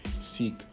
seek